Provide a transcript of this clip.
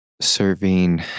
Serving